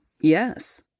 yes